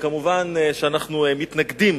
מובן שאנחנו מתנגדים